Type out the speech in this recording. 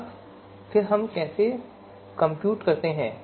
अब हम इस्का मान केसे निकलते हैं